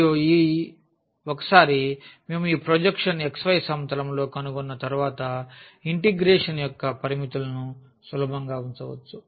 మరియు ఒకసారి మేము ఈ ప్రొజెక్షన్ను xy సమతలం లో కనుగొన్న తర్వాత ఇంటిగ్రేషన్ యొక్క పరిమితులను సులభంగా ఉంచవచ్చు